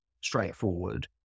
straightforward